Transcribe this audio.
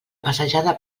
passejada